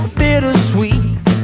bittersweet